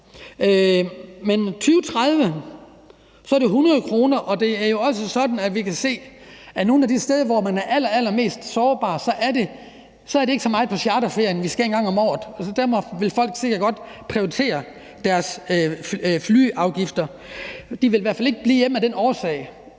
Men i 2030 er det 100 kr. Det er jo også sådan, at vi kan se, at nogle af de steder, hvor man er allerallermest sårbar, ikke er på den charterferie, vi skal på en gang om året – der vil folk sikkert godt prioritere at betale deres flyafgifter, og de vil i hvert fald ikke blive hjemme af den årsag